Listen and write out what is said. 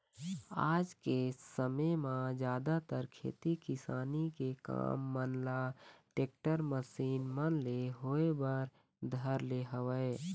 आज के समे म जादातर खेती किसानी के काम मन ल टेक्टर, मसीन मन ले होय बर धर ले हवय